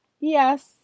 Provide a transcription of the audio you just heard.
Yes